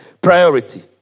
priority